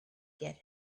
get